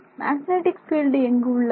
magnetic field எங்கு உள்ளது